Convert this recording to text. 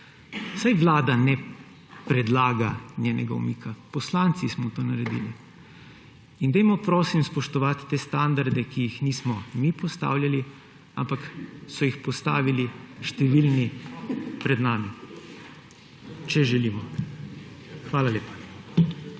Saj vlada ne predlaga njenega umika, poslanci smo to naredili. Dajmo, prosim, spoštovati te standarde, ki jih nismo mi postavljali, ampak so jih postavili številni pred nami, če želimo. Hvala lepa.